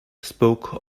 spoke